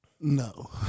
No